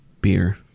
Beer